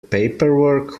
paperwork